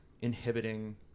inhibiting